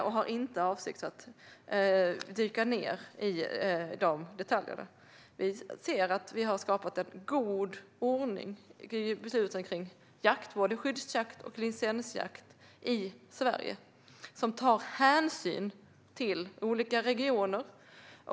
Vi har inte för avsikt att dyka ned i de detaljerna. Vi har skapat en god ordning i besluten kring jaktvård, skyddsjakt och licensjakt i Sverige, som tar hänsyn till olika regioner.